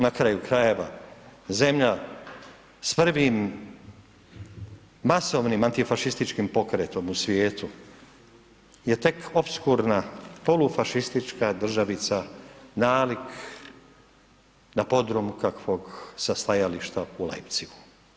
Na kraju krajeva, zemlja s prvim masovnim antifašističkim pokretom u svijetu je tek opskurna polufašistička državica nalik na … [[ne razumije se]] ,… kakvog sa stajališta u Leipzigu.